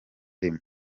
rimwe